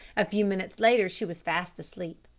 a few minutes later she was fast asleep.